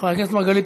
חבר הכנסת מרגלית,